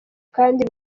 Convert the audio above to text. ikindi